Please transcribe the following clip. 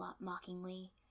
mockingly